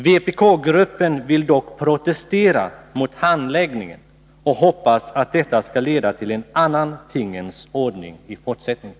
Vpk-gruppen vill dock protestera mot handläggningen. Vi hoppas att detta skall leda till en annan tingens ordning i fortsättningen.